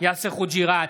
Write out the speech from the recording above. יאסר חוג'יראת,